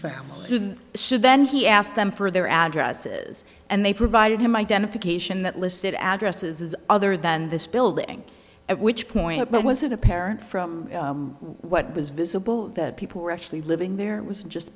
family should then he asked them for their addresses and they provided him identification that listed addresses as other than this building at which point but was it apparent from what was visible that people were actually living there it was just